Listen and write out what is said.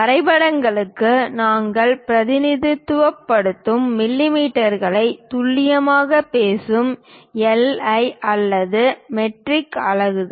வரைபடங்களுக்கு நாங்கள் பிரதிநிதித்துவப்படுத்தும் மில்லிமீட்டர்களை துல்லியமாக பேசும் எஸ்ஐ அல்லது மெட்ரிக் அலகுகள்